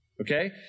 Okay